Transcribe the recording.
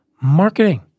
marketing